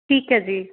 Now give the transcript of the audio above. ਠੀਕ ਹੈ ਜੀ